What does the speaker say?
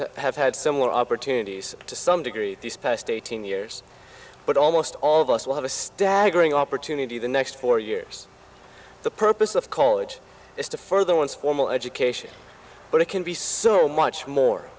to have had similar opportunities to some degree these past eighteen years but almost all of us will have a staggering opportunity the next four years the purpose of college is to further one's formal education but it can be so much more